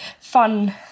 fun